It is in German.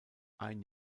ein